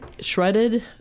shredded